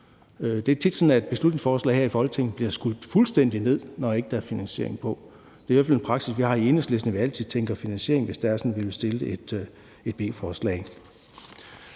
Det er tit sådan, at beslutningsforslag her i Folketinget bliver skudt fuldstændig ned, når der ikke er angivet finansiering. Det er i hvert fald den praksis, vi har i Enhedslisten, altså at vi altid tænker i finansiering, hvis det er sådan, at vi vil fremsætte